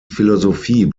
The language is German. philosophie